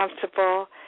comfortable